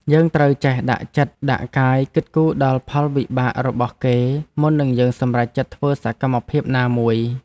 យើងត្រូវចេះដាក់ចិត្តដាក់កាយគិតគូរដល់ផលវិបាករបស់គេមុននឹងយើងសម្រេចចិត្តធ្វើសកម្មភាពណាមួយ។